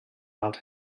out